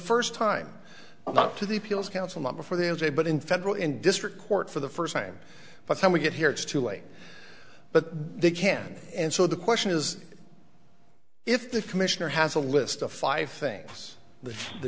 first time not to the appeals council member for them day but in federal in district court for the first time but when we get here it's too late but they can and so the question is if the commissioner has a list of five things th